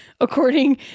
according